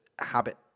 habit